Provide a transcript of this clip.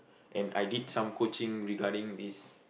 and I did some coaching regarding this